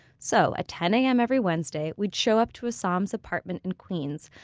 so ten a m. every wednesday, we'd show up to a som's apartment in queens,